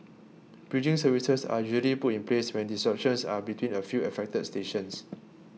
bridging services are usually put in place when disruptions are between a few affected stations